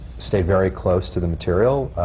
stayed very close to the material.